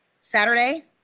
Saturday